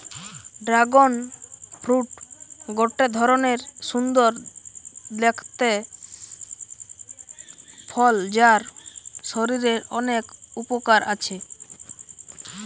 dragon fruit গটে ধরণের সুন্দর দেখতে ফল যার শরীরের অনেক উপকার আছে